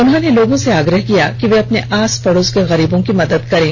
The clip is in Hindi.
उन्होंने लोगों से आग्रह किया कि वे अपने आस पड़ोस के गरीबों की मदद करें